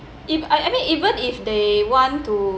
if I I mean even if they want to